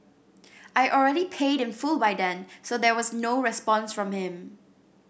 I already paid in full by then so there was no response from him